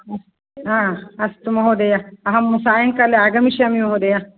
हा अस्तु महोदय अहं सायंकाले आगमिष्यामि महोदय